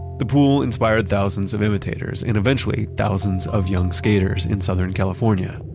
the pool inspired thousands of imitators, and eventually, thousands of young skaters in southern california.